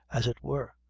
as it were,